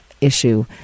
issue